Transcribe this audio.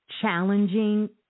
challenging